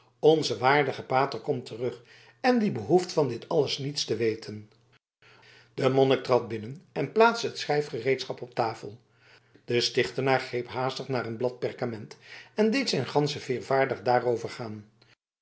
onze waardige pater komt terug en die behoeft van dit alles niets te weten de monnik trad binnen en plaatste het schrijfgereedschap op tafel de stichtenaar greep hasstig naar een blad perkament en deed zijn ganzeveder vaardig daarover gaan